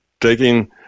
taking